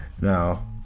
Now